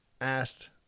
asked